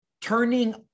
turning